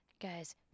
Guys